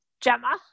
Gemma